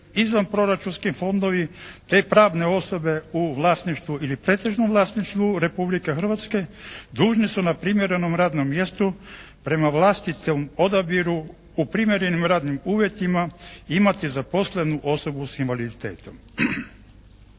izvanproračunski fondovi te pravne osobe u vlasništvu ili pretežnom vlasništvu Republike Hrvatske dužni su na primjerenom radnom mjestu prema vlastitom odabiru u primjerenim radnim uvjetima imati zaposlenu osobu s invaliditetom.